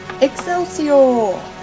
Excelsior